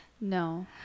no